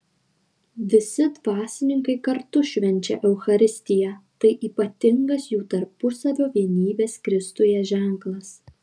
visi dvasininkai kartu švenčia eucharistiją tai ypatingas jų tarpusavio vienybės kristuje ženklas